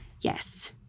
Yes